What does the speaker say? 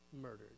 murdered